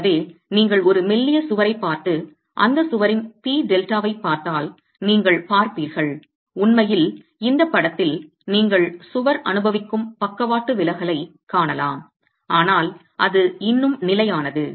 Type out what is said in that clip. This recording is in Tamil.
எனவே நீங்கள் ஒரு மெல்லிய சுவரைப் பார்த்து அந்தச் சுவரின் P டெல்டாவைப் பார்த்தால் நீங்கள் பார்ப்பீர்கள் உண்மையில் இந்த படத்தில் நீங்கள் சுவர் அனுபவிக்கும் பக்கவாட்டு விலகலைக் காணலாம் ஆனால் அது இன்னும் நிலையானது